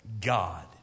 God